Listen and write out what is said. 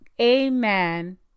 Amen